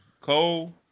Cole